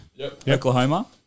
Oklahoma